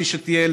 כפי שתהיה,